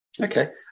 okay